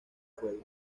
fuego